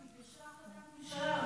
היא פירשה החלטת ממשלה.